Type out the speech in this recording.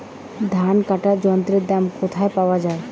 ধান কাটার যন্ত্রের দাম কোথায় পাওয়া যায়?